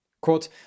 Quote